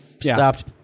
stopped